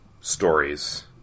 stories